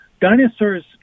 dinosaurs